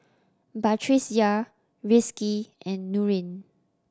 Batrisya Rizqi and Nurin